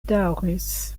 daŭris